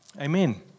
amen